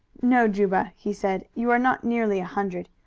no, juba, he said, you are not nearly a hundred.